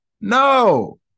No